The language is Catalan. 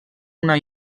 una